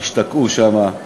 השתקעו שם,